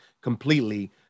completely